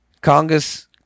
Congress